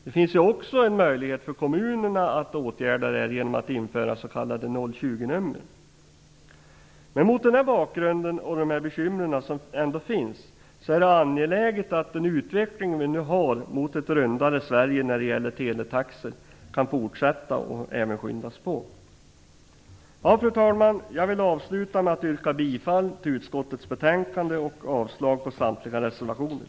Det finns också en möjlighet för kommunerna att åtgärda det här genom att införa s.k. Mot den här bakgrunden, och de bekymmer som ändå finns, är det angeläget att den utveckling vi nu har mot ett rundare Sverige när det gäller teletaxor kan fortsätta och även skyndas på. Fru talman! Jag vill avsluta med att yrka bifall till utskottets hemställan och avslag på samtliga reservationer.